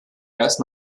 erst